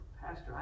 Pastor